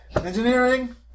Engineering